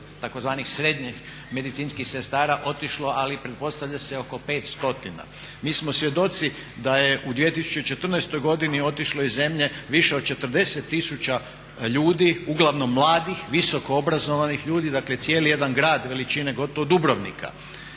tzv. srednjih medicinskih sestara otišlo, ali pretpostavlja se oko 5 stotina. Mi smo svjedoci da je u 2014. godini otišlo iz zemlje više od 40000 ljudi uglavnom mladih, visoko obrazovanih ljudi. Dakle, cijeli jedan grad veličine gotovo Dubrovnika.